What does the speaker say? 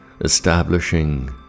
establishing